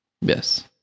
Yes